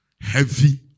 Heavy